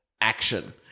action